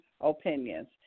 opinions